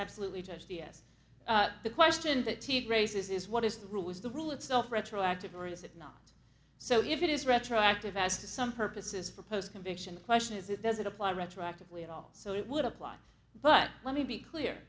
absolutely just yes the question that teeth raises is what is the rule is the rule itself retroactive or is it not so if it is retroactive as to some purposes for post conviction question is it does it apply retroactively at all so it would apply but let me be clear